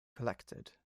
collected